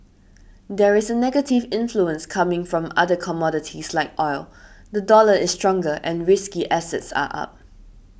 there is a negative influence coming from other commodities like oil the dollar is stronger and risky assets are up